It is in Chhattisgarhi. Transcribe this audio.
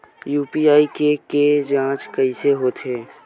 यू.पी.आई के के जांच कइसे होथे?